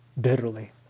bitterly